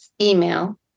email